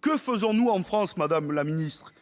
que faisons-nous en France, madame la secrétaire